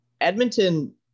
Edmonton